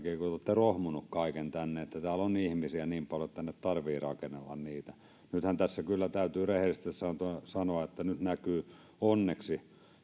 rohmunneet kaiken tänne ja täällä on ihmisiä niin paljon että tänne tarvitsee rakennella niitä tässä täytyy kyllä rehellisesti sanottuna sanoa että nyt näkyy onneksi